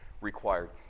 required